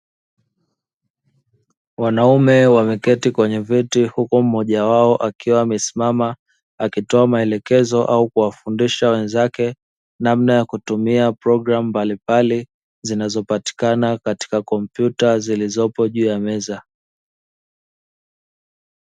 Wanaume wameketi kwenye viti huku mmoja wao akiwa amesimama akitoa maelekezo au kuwafundisha wenzake namna ya kutumia program mbalimbali zinazopatikana katika kompyuta zilizopo juu ya meza.